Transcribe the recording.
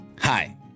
Hi